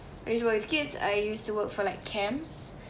it was with kids I used to work for like camps